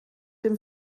dem